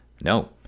no